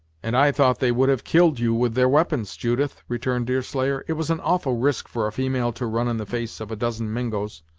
and i thought they would have killed you with their we'pons, judith, returned deerslayer it was an awful risk for a female to run in the face of a dozen mingos!